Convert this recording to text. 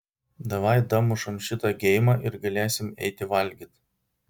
davai damušam šitą geimą ir galėsim eiti valgyt